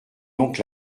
donc